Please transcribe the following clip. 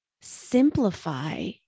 simplify